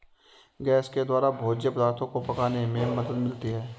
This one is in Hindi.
गैस के द्वारा भोज्य पदार्थो को पकाने में मदद मिलती है